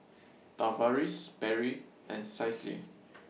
Tavaris Berry and Cicely